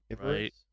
right